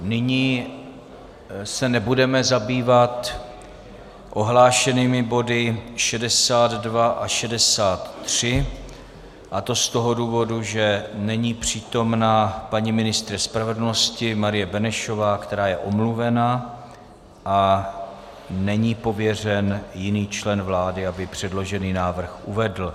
Nyní se nebudeme zabývat ohlášenými body 62 a 63, a to z toho důvodu, že není přítomna paní ministryně spravedlnosti Marie Benešová, která je omluvena, a není pověřen jiný člen vlády, aby předložený návrh uvedl.